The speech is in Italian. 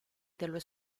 dello